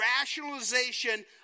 rationalization